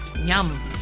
Yum